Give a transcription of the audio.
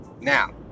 Now